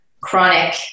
chronic